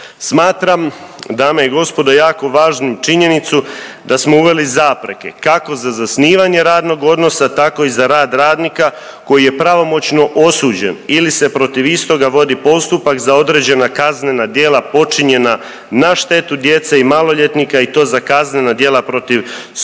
Smatram, dame i gospodo jako važnu činjenicu da smo uveli zapreke kako za zasnivanje radnog odnosa tako i za rad radnika koji je pravomoćno osuđen ili se protiv istoga vodi postupak za određena kaznena djela počinjena na štetu djece i maloljetnika i to za kaznena djela protiv spolne